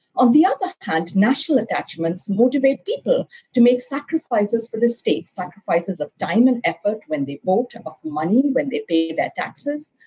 on the other hand, national attachments motivate people to make sacrifices for the state sacrifices of time and effort when they vote, of money when they pay their taxes.